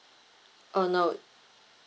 oh no